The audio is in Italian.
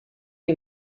più